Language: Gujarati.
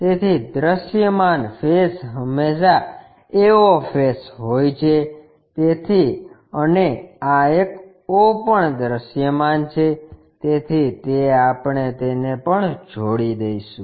તેથી દૃશ્યમાન ફેસ હંમેશાં a o ફેસ હોય છે તેથી અને આ એક o પણ દૃશ્યમાન છે તેથી તે આપણે તેને પણ જોડી દઇશું